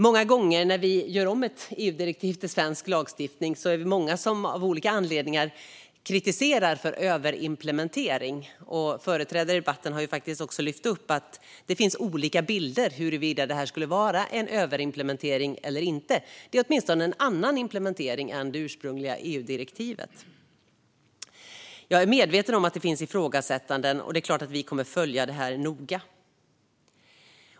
Många gånger när vi gör om ett EU-direktiv till svensk lagstiftning är vi många som av olika anledningar kommer med kritik om överimplementering, och företrädare i debatten har också lyft upp att det finns olika bilder huruvida det här skulle vara en överimplementering eller inte. Det är åtminstone en annan implementering än det ursprungliga EU-direktivet. Jag är medveten om att det finns ifrågasättanden, och det är klart att vi kommer att följa det här noga.